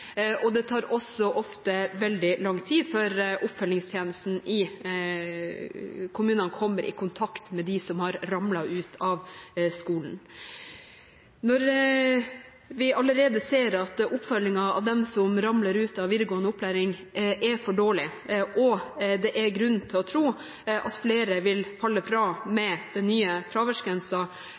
og det tar ofte veldig lang tid før oppfølgingstjenesten i kommunene kommer i kontakt med dem som har ramlet ut av skolen. Når vi allerede ser at oppfølgingen av dem som ramler ut av videregående opplæring, er for dårlig og det er grunn til å tro at flere vil falle fra med den nye